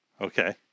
Okay